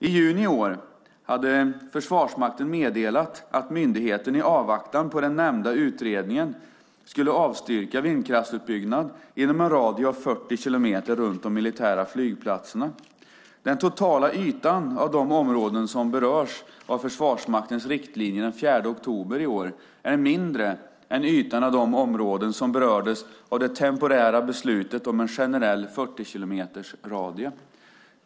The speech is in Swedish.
I juni i år hade Försvarsmakten meddelat att myndigheten, i avvaktan på den nämnda utredningen, skulle avstyrka vindkraftsutbyggnad inom en radie av 40 kilometer runt de militära flygplatserna. Den totala ytan av de områden som berörs av Försvarsmaktens riktlinjer den 4 oktober i år är mindre än ytan av de områden som berördes av det temporära beslutet om en generell 40-kilometersradie.